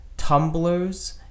tumblers